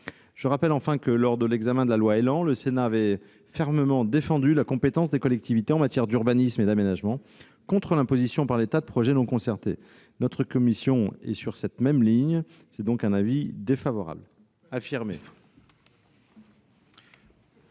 Je rappelle, enfin, que, lors de l'examen de la loi Élan, le Sénat avait fermement défendu la compétence des collectivités en matière d'urbanisme et d'aménagement, contre l'imposition par l'État de projets non concertés. Notre commission est sur la même ligne. C'est pourquoi elle a émis un avis défavorable affirmé